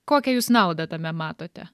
kokią jūs naudą tame matote